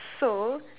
so